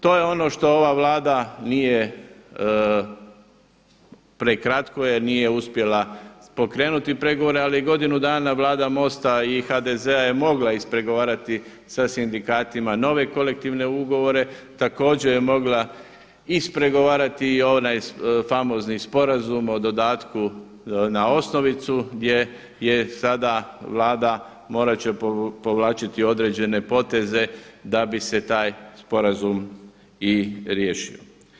To je ono što ova Vlada nije, prekratko je jer nije uspjela pokrenuti pregovore ali godinu dana Vlada MOST-a i HDZ-a je mogla ispregovarati sa sindikatima nove kolektivne ugovore, također je mogla ispregovarati i onaj famozni sporazum o dodatku na osnovicu gdje je sada Vlada, morati će povlačiti određene poteze da bi se taj sporazum i riješio.